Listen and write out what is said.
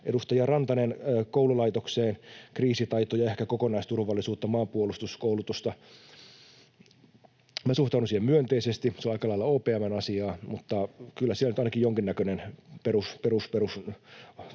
Edustaja Rantanen: koululaitokseen kriisitaitoja ja ehkä kokonaisturvallisuutta, maanpuolustuskoulutusta. Minä suhtaudun siihen myönteisesti. Se on aika lailla OPM:n asiaa, mutta kyllä siellä nyt ainakin jonkinnäköiset